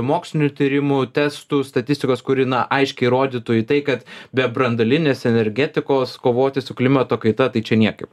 mokslinių tyrimų testų statistikos kuri na aiškiai rodytų į tai kad be branduolinės energetikos kovoti su klimato kaita tai čia niekaip